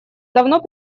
давно